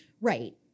right